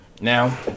Now